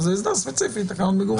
זה הסדר ספציפי לתקנות מגורים.